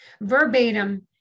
verbatim